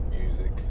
music